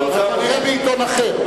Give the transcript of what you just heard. זה בעיתון אחר.